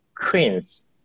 Queens